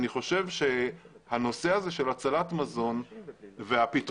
אני חושב שהנושא הזה של הצלת מזון והפתרונות